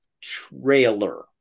trailer